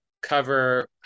cover